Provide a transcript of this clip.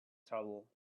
trouble